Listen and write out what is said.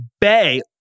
bay